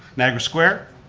niagara square,